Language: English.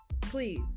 Please